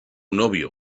novio